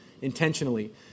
intentionally